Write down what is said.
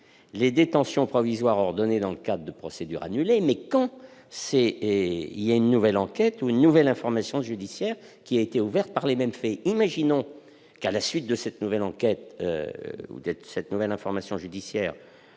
les détentions provisoires ordonnées dans le cadre de procédures annulées, mais pour lesquelles une nouvelle enquête ou une nouvelle information judiciaire a été ouverte pour les mêmes faits. Imaginons que, à la suite de cette nouvelle enquête ou de cette nouvelle information judiciaire,